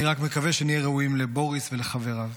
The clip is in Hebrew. אני רק מקווה שנהיה ראויים לבוריס ולחבריו.